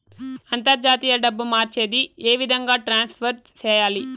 అంతర్జాతీయ డబ్బు మార్చేది? ఏ విధంగా ట్రాన్స్ఫర్ సేయాలి?